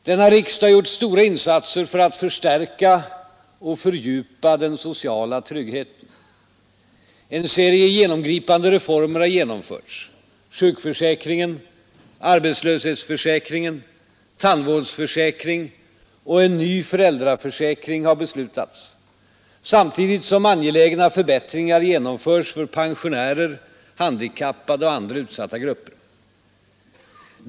Denna riksdag har gjort stora insatser för att förstärka och fördjupa den sociala tryggheten. En serie genomgripande reformer har genomförts: sjukförsäkringen, arbetslöshetsförsäkringen, tandvårdsförsäkringen och en ny föräldraförsäkring har beslutats, samtidigt som angelägna förbättringar genomförts för pensionärer, handikappade och andra utsatta grupper.